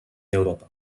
europa